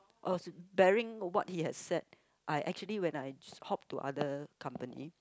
oh bearing what he had said I actually when I hope to other company